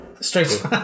Straight